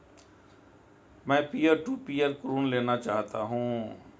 मैं peer to peer ऋण लेना चाहता हूँ